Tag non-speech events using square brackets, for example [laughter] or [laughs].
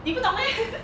你不懂 meh [laughs]